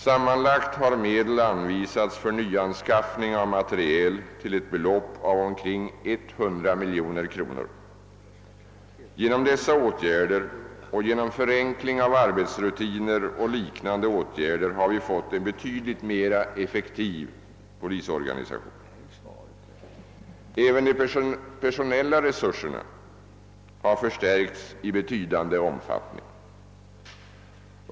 Sammanlagt har medel anvisats för nyanskaffning av materiel till ett belopp av omkring 100 miljoner kronor. Genom dessa åtgärder och genom förenkling av arbetsrutiner och liknande åtgärder har vi fått en betydligt mer effektiv polisorganisation. Även de personella resurserna har förstärkts i betydande omfattning.